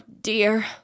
dear